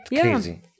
crazy